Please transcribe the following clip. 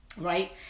Right